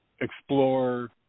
explore